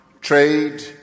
trade